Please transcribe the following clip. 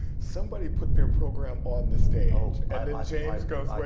somebody put their program on the stage. and then james goes,